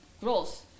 growth